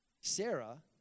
Sarah